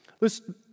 Listen